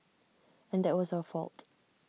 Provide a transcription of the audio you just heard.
and that was our fault